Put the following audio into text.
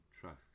trust